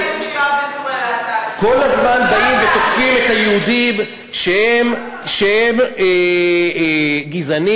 כל הזמן באים, ותוקפים את היהודים, שהם גזענים,